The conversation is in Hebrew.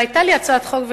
והיתה לי הצעת חוק,